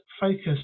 focus